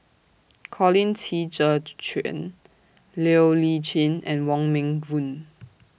Colin Qi Zhe Quan Siow Lee Chin and Wong Meng Voon